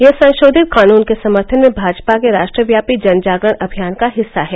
यह संशोधित कानून के समर्थन में भाजपा के राष्ट्रव्यापी जन जागरण अभियान का हिस्सा है